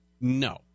no